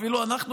אפילו אנחנו,